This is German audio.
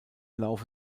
laufe